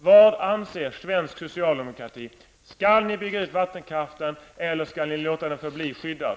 Vad anser svensk socialdemokrati: Skall ni bygga ut vattenkraften, eller skall ni låta den förbli skyddad?